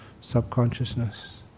subconsciousness